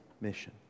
mission